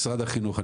משרד החינוך,